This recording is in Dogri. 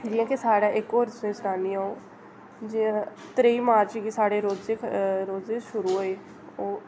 जियां कि साढ़ै इक होर तुसें सनानी अ'ऊं जियां त्रेई मार्च गी साढ़ै रोजे रोजे शुरू होए ओह्